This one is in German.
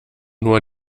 nur